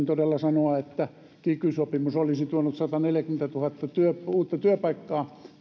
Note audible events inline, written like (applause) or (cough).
(unintelligible) todella sanoa että kiky sopimus olisi tuonut sataneljäkymmentätuhatta uutta työpaikkaa